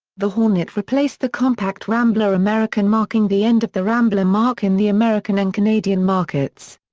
the hornet replaced the compact rambler american marking the end of the rambler marque in the american and canadian markets.